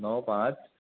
णव पांच